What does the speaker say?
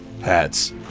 hats